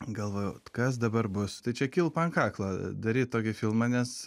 galvojau kas dabar bus tai čia kilpa ant kaklo daryt tokį filmą nes